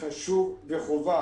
זה חשוב וחובה.